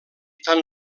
tan